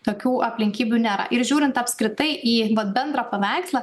tokių aplinkybių nėra ir žiūrint apskritai į vat bendrą paveikslą